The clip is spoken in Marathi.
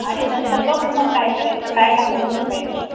आणि नंतर बघू मग काय करायचं काय घालायचं काय नाही